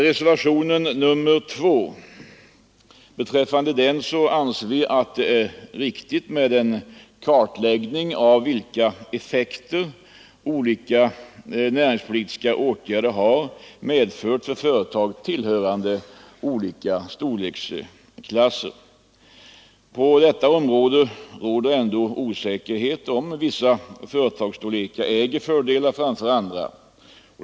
Beträffande reservationen 2 anser vi att det är riktigt med en kartläggning av vilka effekter olika näringspolitiska åtgärder har haft när det gäller företag tillhörande olika storleksklasser. På detta område råder ändå osäkerhet om huruvida vissa företagsstorlekar äger fördelar framför andra.